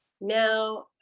now